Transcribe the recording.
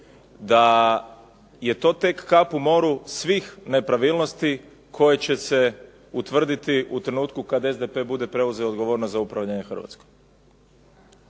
da je to tek kap u moru svih nepravilnosti koje će se utvrditi u trenutku kad SDP bude preuzeo odgovornost za upravljanje Hrvatskom.